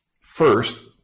first